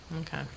okay